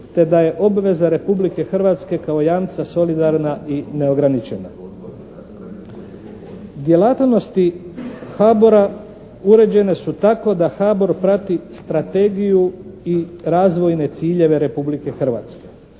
te da je obveza Republike Hrvatske kao jamca solidarna i neograničena. Djelatnosti HABOR-a uređene su tako da HABOR prati strategiju i razvojne ciljeve Republike Hrvatske.